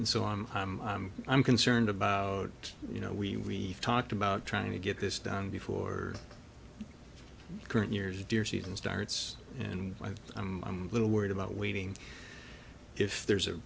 and so on i'm concerned about you know we talked about trying to get this done before current year's deer season starts and my little worried about waiting if there's a